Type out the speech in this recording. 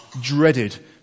dreaded